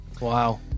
wow